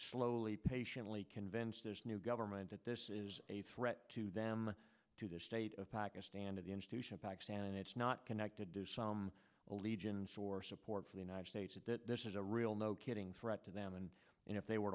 slowly patiently conventioneers new government that this is a threat to them to the state of pakistan to the institution of pakistan and it's not connected to some allegiance or support for the united states and that this is a real no kidding threat to them and you know if they were